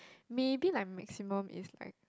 maybe like maximum is like